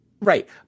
Right